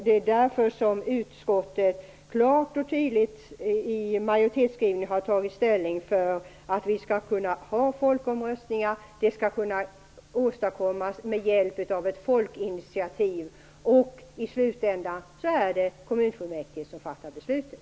Det är därför som utskottet klart och tydligt i majoritetsskrivningen har tagit ställning för att vi skall kunna ha folkomröstningar. De skall kunna åstadkommas med hjälp av ett folkinitiativ. I slutändan är det kommunfullmäktige som fattar besluten.